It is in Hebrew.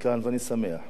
ואני שמח.